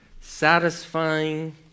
satisfying